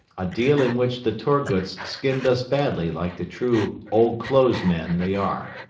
a deal in which the torguts skinned us badly like the true old clothes men they are.